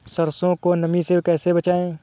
सरसो को नमी से कैसे बचाएं?